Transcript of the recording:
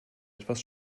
etwas